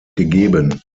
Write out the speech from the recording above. gegeben